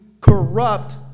corrupt